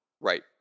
Right